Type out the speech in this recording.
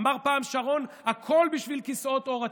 אמר פעם שרון: הכול בשביל כיסאות עור הצבי.